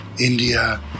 India